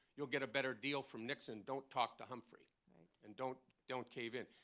you'll get a better deal from nixon. don't talk to humphrey and don't don't cave in.